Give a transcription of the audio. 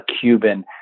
Cuban